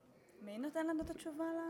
מי נותן לנו את התשובה?